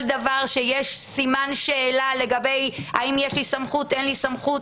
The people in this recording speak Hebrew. דבר שיש סימן שאלה לגבי האם יש לי סמכות או אין לי סמכות,